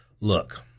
Look